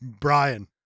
Brian